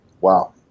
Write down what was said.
Wow